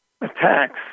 attacks